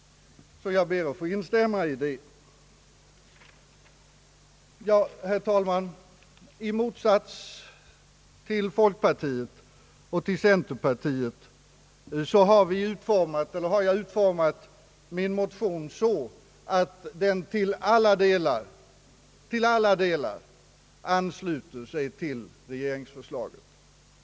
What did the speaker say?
Jag ber därför att få instämma i det. Herr talman! I motsats till folkpartiet och centerpartiet har jag utformat min motion så att den till alla delar ansluter sig till regeringsförslaget.